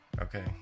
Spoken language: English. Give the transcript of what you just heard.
okay